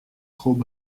trop